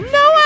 no